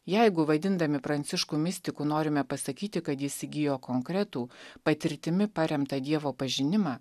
jeigu vaidindami pranciškų mistiku norime pasakyti kad jis įgijo konkretų patirtimi paremtą dievo pažinimą